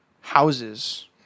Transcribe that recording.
houses